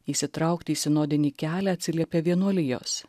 įsitraukt į sinodinį kelią atsiliepė vienuolijos